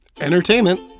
entertainment